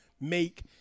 make